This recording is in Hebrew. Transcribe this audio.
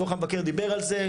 דו"ח המבקר דיבר על זה,